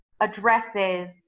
addresses